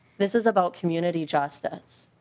this is about community justice.